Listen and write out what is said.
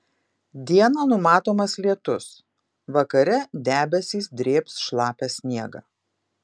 dieną numatomas lietus vakare debesys drėbs šlapią sniegą